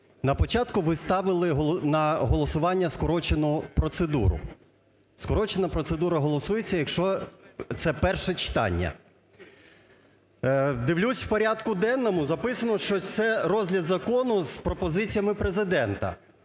На початку ви ставили на голосування скорочену процедуру. Скорочена процедура голосується, якщо це перше читання. Дивлюсь, в порядку денному записано, що це розгляд закону з пропозиціями Президента.